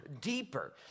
deeper